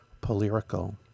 Polyrical